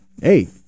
Hey